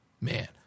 Man